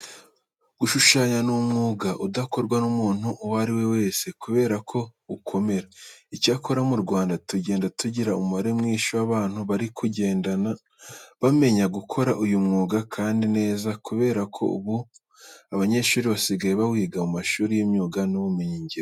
Gushushanya ni umwuga udakorwa n'umuntu uwo ari we wese kubera ko ukomera. Icyakora mu Rwanda tugenda tugira umubare mwinshi w'abantu bari kugenda bamenya gukora uyu mwuga kandi neza kubera ko ubu abanyeshuri basigaye bawiga mu mashuri y'imyuga n'ubumenyingiro.